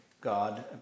god